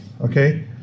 okay